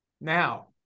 now